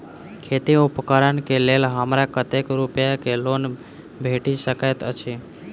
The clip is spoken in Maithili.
खेती उपकरण केँ लेल हमरा कतेक रूपया केँ लोन भेटि सकैत अछि?